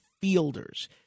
fielders